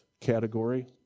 category